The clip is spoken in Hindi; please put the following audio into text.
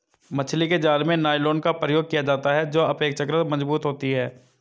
मछली के जाल में नायलॉन का प्रयोग किया जाता है जो अपेक्षाकृत मजबूत होती है